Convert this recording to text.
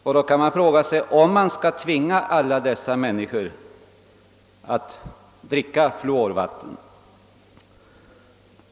Då kan man också fråga sig om vi skall tvinga alla dessa att dricka fluorvatten.